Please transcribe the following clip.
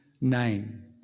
name